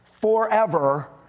forever